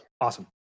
Awesome